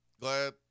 glad